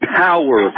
power